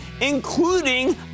including